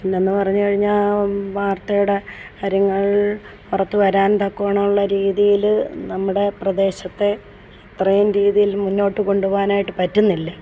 ഇന്നെന്നു പറഞ്ഞു കഴിഞ്ഞാൽ വാർത്തയുടെ കാര്യങ്ങൾ പുറത്തു വരാൻ തക്ക വണ്ണമുള്ള രീതിയിൽ നമ്മുടെ പ്രദേശത്തെ പഴയ രീതിയിൽ മുന്നോട്ടു കൊണ്ടു പോകാനായിട്ടു പറ്റുന്നില്ല